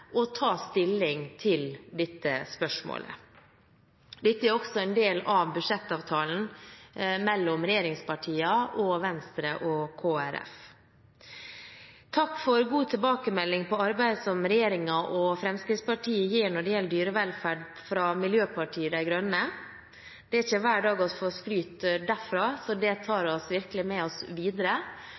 ta stilling til dette spørsmålet. Dette er også en del av budsjettavtalen mellom regjeringspartiene og Venstre og Kristelig Folkeparti. Takk for god tilbakemelding fra Miljøpartiet De Grønne på arbeid som regjeringen og Fremskrittspartiet gjør når det gjelder dyrevelferd. Det er ikke hver dag vi får skryt derfra, så det tar vi virkelig med oss videre.